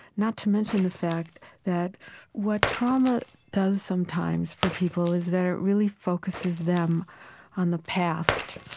not to mention the fact that what trauma does, sometimes, for people is that it really focuses them on the past.